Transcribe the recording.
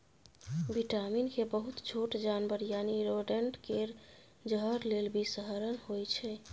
vitamin K बहुत छोट जानबर यानी रोडेंट केर जहर लेल बिषहरण होइ छै